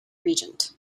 regent